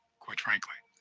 quite frankly.